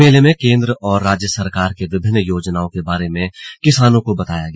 मेले में केंद्र और राज्य सरकार की विभिन्न योजनाओं के बारे में किसानों को बताया गया